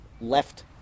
left